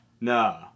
No